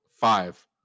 Five